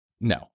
No